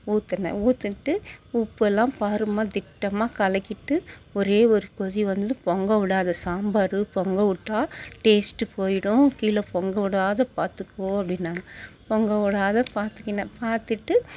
ஊற்றுன ஊற்றிட்டு உப்பெல்லாம் பாரும்மா திட்டமாக கலக்கிவிட்டு ஒரே ஒரு கொதி வந்ததும் பொங்க விடாதே சாம்பார் பொங்க விட்டா டேஸ்ட்டு போய்டும் கீழே பொங்க விடாத பார்த்துக்கோ அப்படின்னாங்க பொங்க விடாத பார்த்துகின பார்த்துட்டு